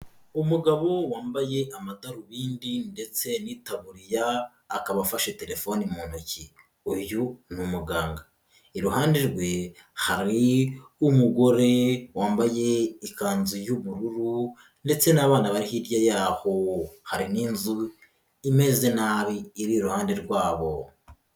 Umugabo wambaye amadarubindi ndetse n'itaburiya akaba afashe telefone mu ntoki, uyu ni umuganga, iruhande rwe hari umugore wambaye ikanzu y'ubururu ndetse n'abana bari hirya yaho, hari n'inzu imeze nabi iri iruhande rwabo.